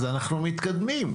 אז אנחנו מתקדמים,